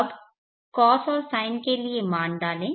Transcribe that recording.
अब कॉस और साइन के लिए मान डालें